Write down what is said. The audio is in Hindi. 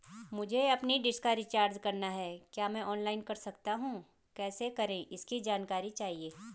मुझे अपनी डिश का रिचार्ज करना है क्या मैं ऑनलाइन कर सकता हूँ कैसे करें इसकी जानकारी चाहिए?